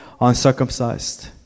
uncircumcised